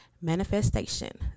Manifestation